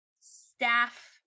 staff